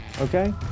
Okay